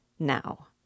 Now